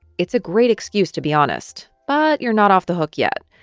it's a great excuse, to be honest, but you're not off the hook yet.